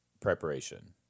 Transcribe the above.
preparation